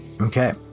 Okay